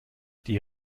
die